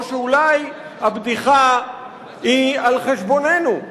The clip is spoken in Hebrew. או שאולי הבדיחה היא על חשבוננו,